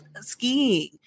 skiing